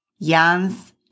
Jan's